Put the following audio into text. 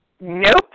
nope